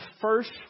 first